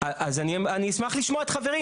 אז אני אשמח לשמוע את חברי,